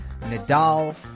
Nadal